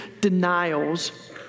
denials